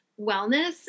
wellness